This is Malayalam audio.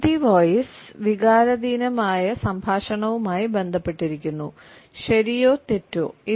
ബ്രീത്തി വോയിസ് വികാരാധീനമായ സംഭാഷണവുമായി ബന്ധപ്പെട്ടിരിക്കുന്നു ശരിയോ തെറ്റോ